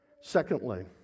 secondly